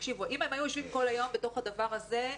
אם הם היו יושבים כל היום בתוך הדבר הזה,